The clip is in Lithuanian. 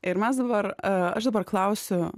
ir mes dabar aš dabar klausiu